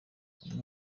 amwe